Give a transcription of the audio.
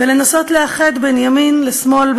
ולנסות לאחד בין ימין לשמאל,